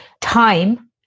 time